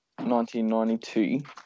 1992